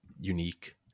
unique